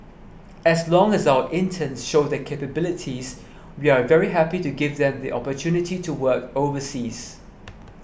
as long as our interns show their capabilities we are very happy to give them the opportunity to work overseas